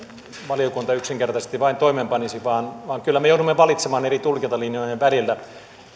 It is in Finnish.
valiokunta yksinkertaisesti vain toimeenpanisi vaan vaan kyllä me joudumme valitsemaan eri tulkintalinjojen väliltä